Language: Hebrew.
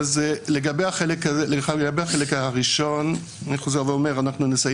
לגבי החלק הראשון אני חוזר ואומר שאנחנו נסיים